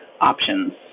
options